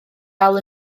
dal